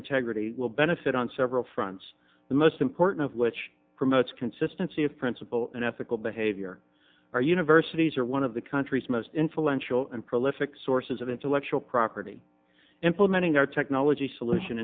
integrity will benefit on several fronts the most important of which promotes consistency of principle and ethical behavior our universities are one of the country's most influential and prolific sources of intellectual property implementing our technology solution